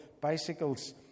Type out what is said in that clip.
bicycles